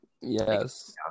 Yes